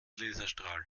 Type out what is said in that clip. laserstrahl